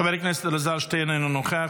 חבר הכנסת אלעזר שטרן, אינו נוכח,